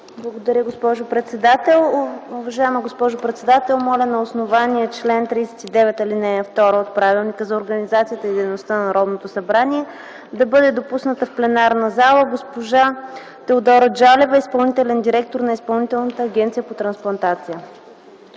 Благодаря, госпожо председател. Уважаема госпожо председател! Моля на основание чл. 39, ал. 2 от Правилника за организацията и дейността на Народното събрание да бъде допусната в пленарната зала госпожа Теодора Джалева, изпълнителен директор на Изпълнителната агенция по трансплантация.